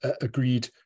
agreed